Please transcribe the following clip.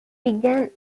began